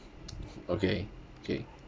okay okay